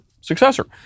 successor